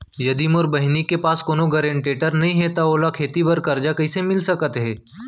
यदि मोर बहिनी के पास कोनो गरेंटेटर नई हे त ओला खेती बर कर्जा कईसे मिल सकत हे?